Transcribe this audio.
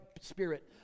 spirit